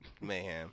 Mayhem